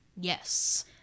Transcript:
yes